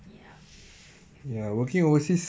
yup yup yup yup yup